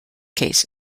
case